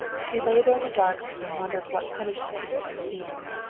she lay there in the darkness and wondered what punishment he would receive.